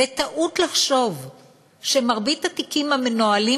וטעות לחשוב שמרבית התיקים המנוהלים